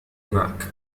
معك